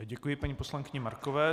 Děkuji paní poslankyni Markové.